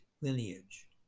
lineage